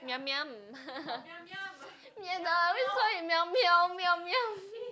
Yum Yum ya the we always call it meow meow meow meow